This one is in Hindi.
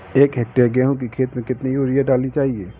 एक हेक्टेयर गेहूँ की खेत में कितनी यूरिया डालनी चाहिए?